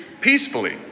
peacefully